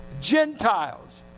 Gentiles